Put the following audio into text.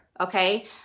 okay